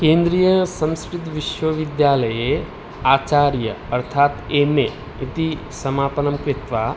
केन्द्रीयसंस्कृतविश्वविद्यालये आचार्यम् अर्थात् एम् ए इति समापनं कृत्वा